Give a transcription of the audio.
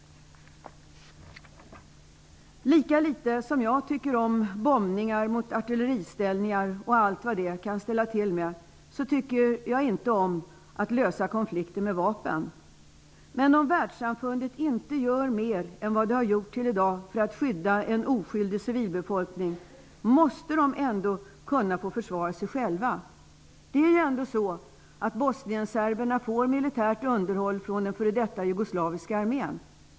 Lika litet som jag tycker om bombningar av artilleriställningar och allt vad det kan ställa till med, tycker jag inte om att lösa konflikter med vapen. Men om världssamfundet inte gör mer än vad som har gjorts fram till i dag för att skydda en oskyldig civilbefolkning måste den ändå kunna få försvara sig själv. Bosnienserberna får militärt underhåll från den f.d. jugoslaviska armén.